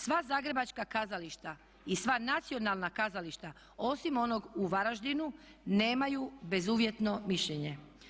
Sva zagrebačka kazališta i sva nacionalna kazališta osim onog u Varaždinu nemaju bezuvjetno mišljenje.